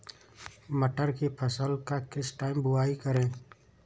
मटर की फसल का किस टाइम बुवाई करें?